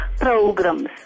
programs